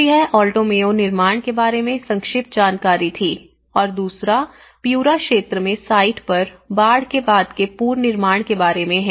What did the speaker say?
तो यह Alto Mayo निर्माण के बारे में संक्षिप्त जानकारी थी और दूसरा प्यूरा क्षेत्र में साइट पर बाढ़ के बाद के पुनर्निर्माण के बारे में है